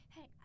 Hey